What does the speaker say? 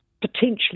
potentially